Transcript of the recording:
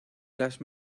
los